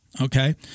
Okay